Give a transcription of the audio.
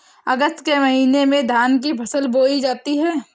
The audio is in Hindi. अगस्त के महीने में धान की फसल बोई जाती हैं